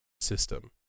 system